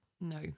No